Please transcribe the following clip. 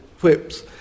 whips